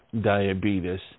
diabetes